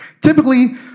typically